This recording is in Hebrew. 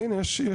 אני מציע